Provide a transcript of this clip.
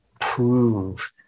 prove